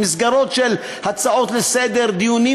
במסגרות של הצעות לסדר-היום,